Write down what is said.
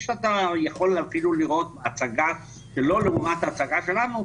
כפי שאתה יכול אפילו לראות בהצגה שלו לעומת ההצגה שלנו,